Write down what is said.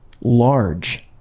large